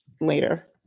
Later